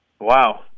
Wow